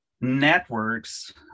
networks